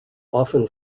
often